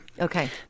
Okay